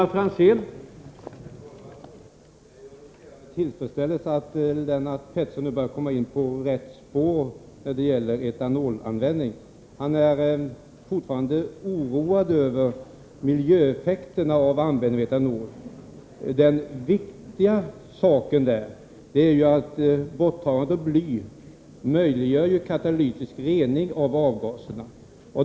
Herr talman! Jag noterade med tillfredsställelse att Lennart Pettersson nu börjar komma in på rätt spår beträffande etanolanvändningen. Han är fortfarande oroad över miljöeffekterna vid användningen av etanol. Det viktiga är ju att borttagandet av bly möjliggör katalytisk rening av avgaserna.